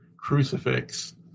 Crucifix